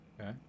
okay